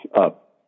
up